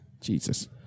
Jesus